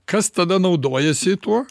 kas tada naudojasi tuo